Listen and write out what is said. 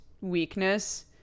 weakness